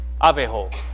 Aveho